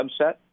subset